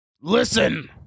listen